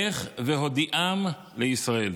לך והודיעם לישראל.